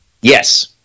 yes